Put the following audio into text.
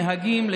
נהגים,